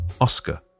Oscar